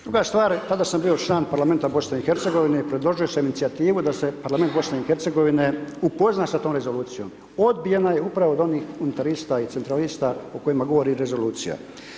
Druga stvar, tada sam bio član parlamenta BIH i predložio sam inicijativu da se parlament BIH upozna sa tom rezolucijom, odbijena je upravo od onih unitarista i centralista o kojima govori rezolucija.